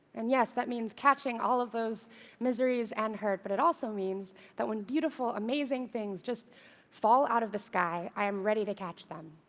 and yes, that means catching all of those miseries and hurt, but it also means that when beautiful, amazing things just fall out of the sky, i'm ready to catch them.